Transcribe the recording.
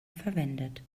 verwendet